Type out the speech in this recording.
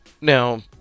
now